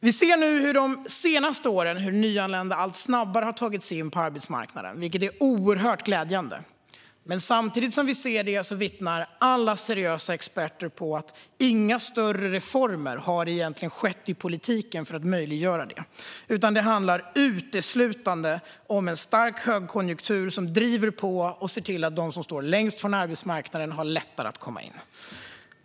Vi ser nu hur nyanlända under de senaste åren allt snabbare har tagit sig in på arbetsmarknaden, vilket är oerhört glädjande. Samtidigt som vi ser det vittnar alla seriösa experter om att inga större reformer i politiken egentligen har skett för att möjliggöra det, utan det handlar uteslutande om en stark högkonjunktur som driver på och ser till att de som står längst från arbetsmarknaden får lättare att komma in.